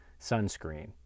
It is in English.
sunscreen